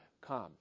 come